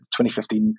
2015